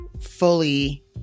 fully